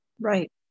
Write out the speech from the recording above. Right